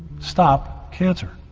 stop cancer?